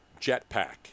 Jetpack